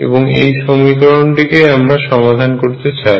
এবং এই সমীকরণটিকেই আমরা সমাধান করতে চাই